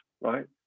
right